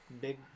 big